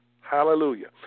hallelujah